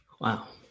Wow